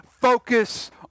Focus